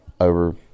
Over